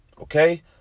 Okay